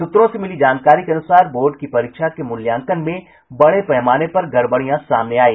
सूत्रों से मिली जानकारी के अनुसार बोर्ड की परीक्षा के मूल्यांकन में बड़े पैमाने पर गड़बड़ियां सामने आयी